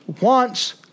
wants